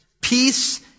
Peace